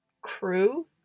crew